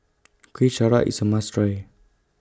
Kuih Syara IS A must Try